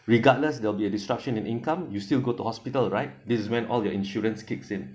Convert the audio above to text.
regardless they'll be a disruption in income you still go to hospital right this when all your insurance kicks in